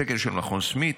סקר של מכון סמית'